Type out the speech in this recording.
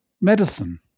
medicine